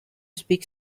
speak